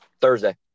Thursday